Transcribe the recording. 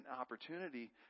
opportunity